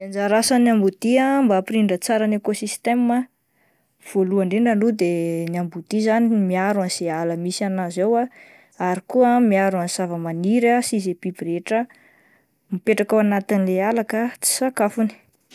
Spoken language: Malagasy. Ny anjara asan'ny ambodia mba ampirindra tsara ny ekôsistema voalohany indrindra aloha de ny ambodia zany miaro izay ala misy an'azy ao ah ary koa miaro ny zavamaniry sy ny biby rehetra mipetraka ao anatin'ilay ala ka tsy sakafony.